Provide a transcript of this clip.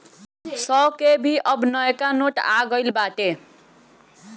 सौ के भी अब नयका नोट आ गईल बाटे